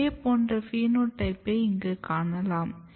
இதேபோன்ற பினோடைப்பை இங்கு காணலாம்